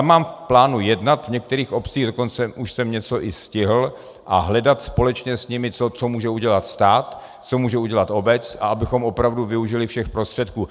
Mám v plánu jednat v některých obcích, dokonce už jsem něco i stihl, a hledat společně s nimi, co může udělat stát, co může udělat obec, abychom opravdu využili všech prostředků.